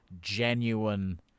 genuine